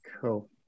Cool